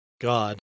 God